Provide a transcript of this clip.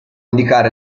indicare